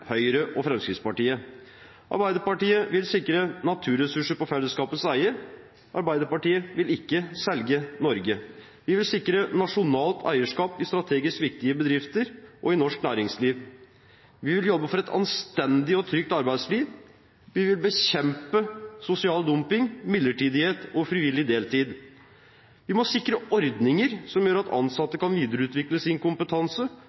Høyre og Fremskrittspartiet. Arbeiderpartiet vil sikre naturressursene i fellesskapets eie, Arbeiderpartiet vil ikke selge Norge. Vi vil sikre nasjonalt eierskap i strategisk viktige bedrifter og i norsk næringsliv. Vi vil jobbe for et anstendig og trygt arbeidsliv. Vi vil bekjempe sosial dumping, midlertidighet og frivillig deltid. Vi må sikre ordninger som gjør at ansatte kan videreutvikle sin kompetanse